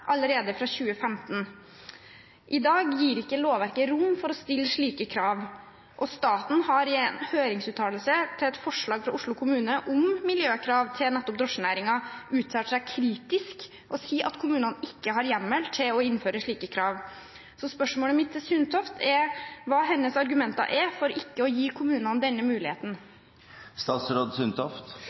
allerede fra 2015. I dag gir ikke lovverket rom for å stille slike krav, og staten har i en høringsuttalelse til et forslag fra Oslo kommune om miljøkrav til nettopp drosjenæringen, uttalt seg kritisk og sier at kommunene ikke har hjemmel til å innføre slike krav. Så spørsmålet mitt til statsråd Sundtoft er hva hennes argumenter er for ikke å gi kommunene denne